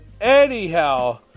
Anyhow